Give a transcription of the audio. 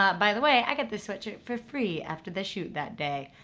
ah by the way, i got this sweatshirt for free after the shoot that day.